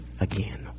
again